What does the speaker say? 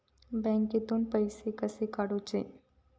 बँकेतून पैसे कसे काढूचे?